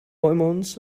lemons